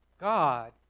God